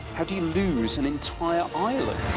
how do you lose an entire island?